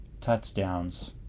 touchdowns